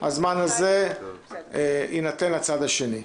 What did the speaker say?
הזמן הזה יינתן לצד השני.